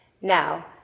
Now